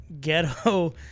ghetto